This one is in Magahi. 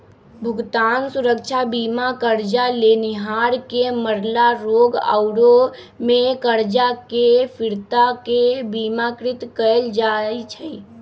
भुगतान सुरक्षा बीमा करजा लेनिहार के मरला, रोग आउरो में करजा के फिरता के बिमाकृत कयल जाइ छइ